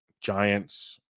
Giants